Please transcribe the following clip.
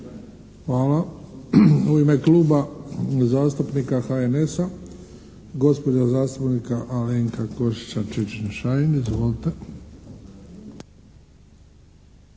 Hvala. U ime Kluba zastupnika HNS-a gospođa zastupnica Alenka Košiša Čičin-Šain. Izvolite.